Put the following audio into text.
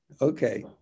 Okay